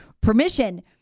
permission